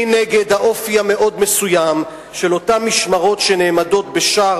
אני נגד האופי המאוד-מסוים של אותן משמרות שנעמדות בשער